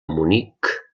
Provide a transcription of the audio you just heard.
munic